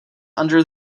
under